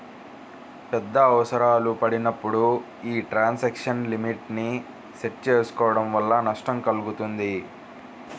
పెద్ద అవసరాలు పడినప్పుడు యీ ట్రాన్సాక్షన్ లిమిట్ ని సెట్ చేసుకోడం వల్ల నష్టం కల్గుతుంది